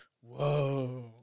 whoa